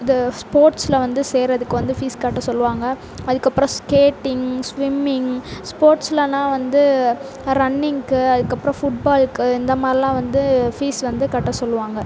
இது ஸ்போர்ட்ஸில் வந்து சேர்றதுக்கு வந்து ஃபீஸ் கட்ட சொல்லுவாங்க அதுக்கப்புறம் ஸ்கேட்டிங் ஸ்விம்மிங் ஸ்போர்ட்ஸ்லலாம் வந்து ரன்னிங்க்கு அதுக்கப்புறம் ஃபுட்பால்க்கு இந்தமாதிரிலாம் வந்து ஃபீஸ் வந்து கட்ட சொல்லுவாங்க